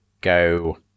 go